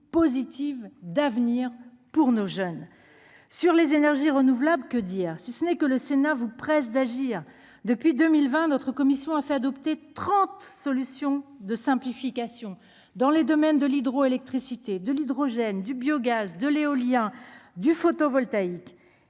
positive d'avenir pour nos jeunes, sur les énergies renouvelables, que dire si ce n'est que le Sénat vous pressent d'agir depuis 2020, notre commission a fait adopter 30, solution de simplification dans les domaines de l'hydroélectricité de l'hydrogène du biogaz de l'éolien du photovoltaïque